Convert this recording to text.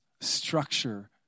structure